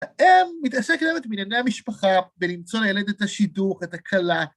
‫הם מתעסקת בענייני המשפחה ‫ולמצוא לילד את השידוך, את הכלה.